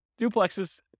duplexes